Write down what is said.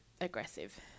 aggressive